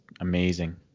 amazing